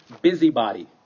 busybody